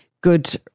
good